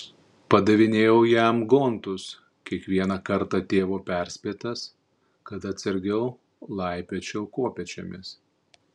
padavinėjau jam gontus kiekvieną kartą tėvo perspėtas kad atsargiau laipiočiau kopėčiomis